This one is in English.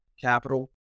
Capital